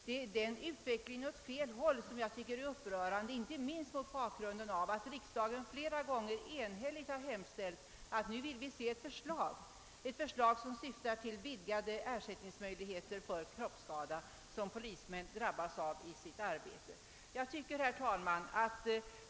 Det är en utveckling åt fel håll som jag tycker är upprörande, inte minst mot bakgrunden av att riksdagen flera gånger enhälligt hemställt om att få se ett förslag som syftar till vidgade ersättningsmöjligheter för kroppsskada som polisman drabbats av i arbetet.